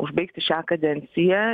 užbaigti šią kadenciją